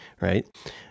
right